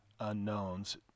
unknowns